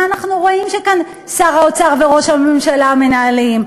מה אנחנו רואים שכאן שר האוצר וראש הממשלה מנהלים?